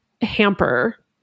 hamper